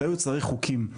לא היו צריכים חוקים.